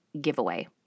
giveaway